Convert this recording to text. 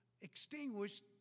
Extinguished